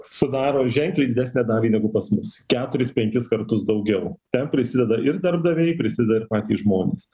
sudaro ženkliai didesnę dalį negu pas mus keturis penkis kartus daugiau ten prisideda ir darbdaviai prisideda ir patys žmonės